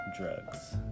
drugs